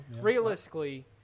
Realistically